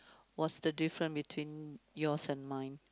what's the difference between yours and mine